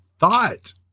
thought